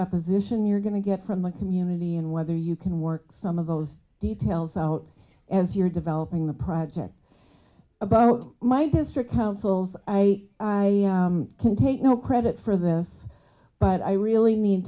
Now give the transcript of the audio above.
opposition you're going to get from the community and whether you can work some of those details out as you're developing the project about my district councils i i can take no credit for this but i really